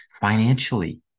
financially